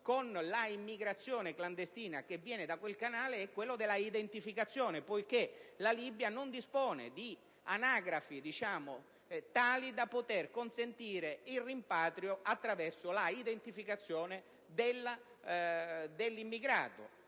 con l'immigrazione clandestina che proviene da quel canale è quello dell'identificazione, poiché la Libia non dispone di uffici anagrafici tali da consentire il rimpatrio attraverso l'identificazione dell'immigrato